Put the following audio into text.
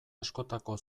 askotako